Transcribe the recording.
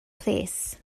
plîs